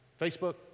Facebook